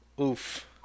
Oof